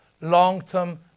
long-term